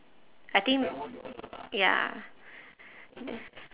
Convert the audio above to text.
I think ya th~